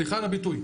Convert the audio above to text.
סליחה על הביטוי,